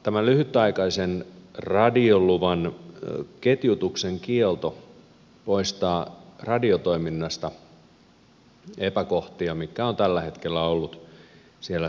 tämä lyhytaikaisen radioluvan ketjutuksen kielto poistaa radiotoiminnasta epäkohtia mitkä ovat tällä hetkellä olleet siellä sekoittavana tekijänä